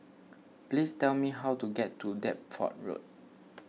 please tell me how to get to Deptford Road